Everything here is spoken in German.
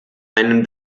einen